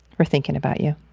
we're thinking about you